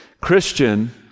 Christian